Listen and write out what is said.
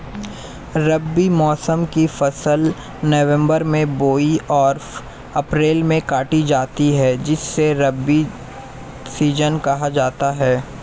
रबी मौसम की फसल नवंबर में बोई और अप्रैल में काटी जाती है जिसे रबी सीजन कहा जाता है